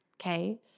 okay